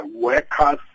workers